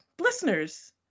listeners